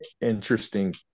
interesting